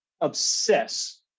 obsess